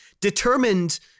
determined